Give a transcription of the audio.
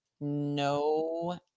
No